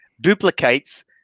duplicates